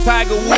Tiger